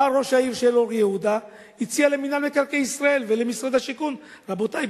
בא ראש העיר אור-יהודה והציע למינהל מקרקעי ישראל ולמשרד השיכון: רבותי,